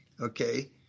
okay